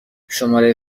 شماره